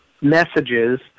messages